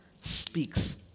speaks